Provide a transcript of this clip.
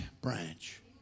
branch